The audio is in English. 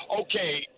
Okay